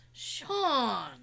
Sean